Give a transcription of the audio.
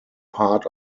part